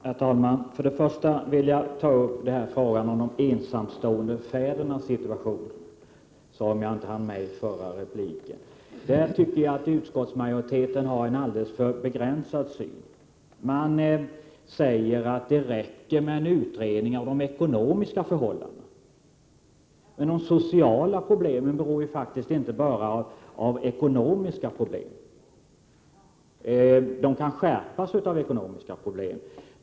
Herr talman! Jag vill först och främst ta upp frågan om de ensamstående fädernas situation, eftersom jag inte hann med detta i min förra replik. Jag tycker att utskottsmajoriteten är alltför begränsad i sina synpunkter. Man säger att det räcker med en utredning av de ekonomiska förhållandena. Men de sociala problemen beror ju faktiskt inte bara på ekonomiska svårigheter. De kan förvärras av ekonomiska problem.